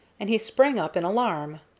and he sprang up in alarm.